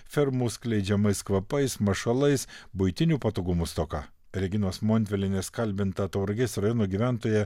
fermų skleidžiamais kvapais mašalais buitinių patogumų stoka reginos montvilienės kalbinta tauragės rajono gyventoja